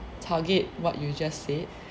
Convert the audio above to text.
target what you just said